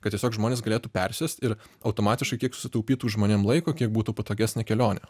kad tiesiog žmonės galėtų persėst ir automatiškai kiek susitaupytų žmonėm laiko kiek būtų patogesnė kelionė